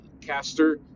caster